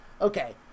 Okay